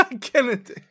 Kennedy